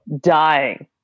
dying